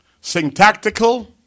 syntactical